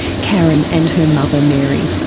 karen and her mother mary.